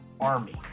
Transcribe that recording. Army